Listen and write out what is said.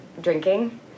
Drinking